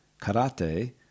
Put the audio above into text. Karate